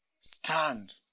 Stand